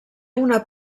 una